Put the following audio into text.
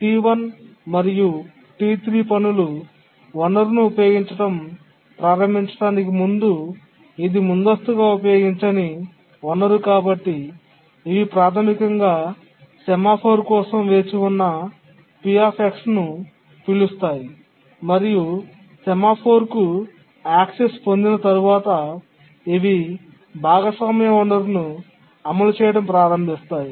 T1 మరియు T3 పనులు వనరును ఉపయోగించడం ప్రారంభించడానికి ముందు ఇది ముందస్తుగా ఉపయోగించని వనరు కాబట్టి ఇవి ప్రాథమికంగా సెమాఫోర్ కోసం వేచి ఉన్న P ను పిలుస్థాయి మరియు సెమాఫోర్కు ప్రాప్యత పొందిన తరువాత ఇవి భాగస్వామ్య వనరును అమలు చేయడం ప్రారంభిస్తారు